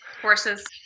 Horses